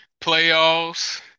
Playoffs